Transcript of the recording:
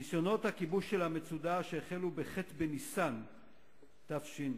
בניסיונות הכיבוש של המצודה שהחלו בח' בניסן תש"ח,